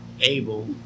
able